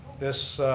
this